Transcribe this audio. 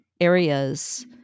areas